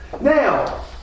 Now